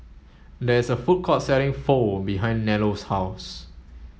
there is a food court selling Pho behind Nello's house